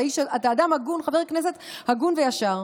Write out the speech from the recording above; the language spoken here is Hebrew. אתה אדם הגון, חבר כנסת הגון וישר.